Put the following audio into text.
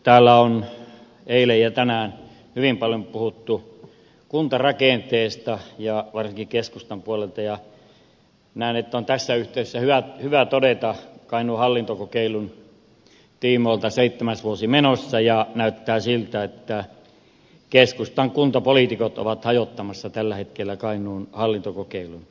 täällä on eilen ja tänään hyvin paljon puhuttu kuntarakenteesta ja varsinkin keskustan puolelta ja näen että on tässä yhteydessä hyvä todeta että kainuun hallintokokeilun tiimoilta seitsemäs vuosi on menossa ja näyttää siltä että keskustan kuntapoliitikot ovat hajottamassa tällä hetkellä kainuun hallintokokeilun